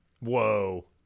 Whoa